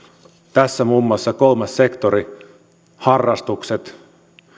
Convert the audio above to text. tässä muun muassa kolmas sektori harrastukset